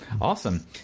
awesome